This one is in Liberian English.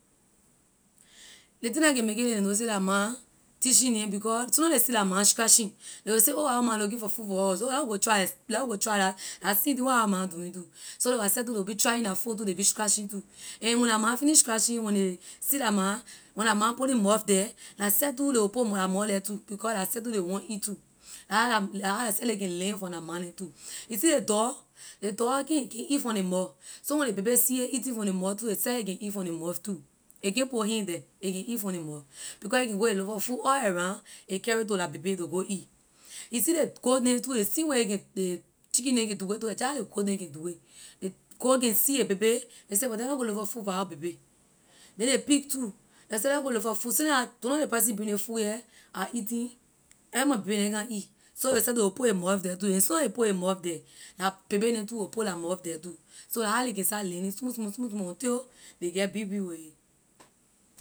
Ley thing la can make it ley know say la ma teaching neh because soona ley see la my scratching ley will say oh our ma looking for food for us so leh we go try exp- leh we go try la la same thing where our ma doing too so la seh too ley will be trying la foot ley be scratching too and when la my finish scratching when ley see la ma when la ma putting mouth the la seh too ley will put la the mouth too because la seh too ley want eat too la how la la how la seh ley can learn from la ma neh too. you see ley dog ley dog can can eat from ley mouth so when ley baby see a eating from ley mouth too a seh a can eat from ley mouth too a can’t put hand the a can eat from ley mouth because a can go a look for food all around a carry to la baby to go eat you see ley goat neh too ley same way a can ley chicken neh can do it too la jeh how ley goat neh can do it ley goat can see a baby ley say but then leh go look for food for our baby then ley pig too ley say leh go look for food since ou- so ley person bring ley food here I eating leh my baby neh come eat so la she will put a month the too and soona a put a month the la baby neh too will put la mouth the too so la how ley can start learning small small small until ley get big big with it